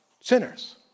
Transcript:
sinners